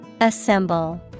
Assemble